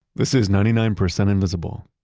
this is ninety nine percent invisible.